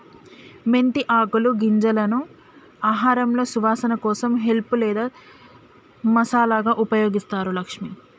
మెంతి ఆకులు గింజలను ఆహారంలో సువాసన కోసం హెల్ప్ లేదా మసాలాగా ఉపయోగిస్తారు లక్ష్మి